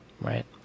Right